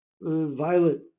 violet